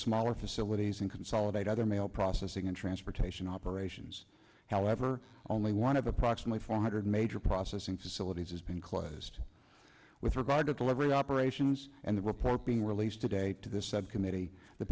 smaller facilities and consolidate other mail processing and transportation operations however only one of approximately four hundred major processing facilities has been closed with regard to delivery operations and the report being released today to the subcommittee the